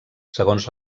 segons